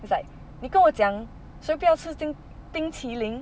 it's like 你跟我讲谁不要吃冰冰淇淋